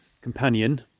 companion